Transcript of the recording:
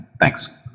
Thanks